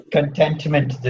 contentment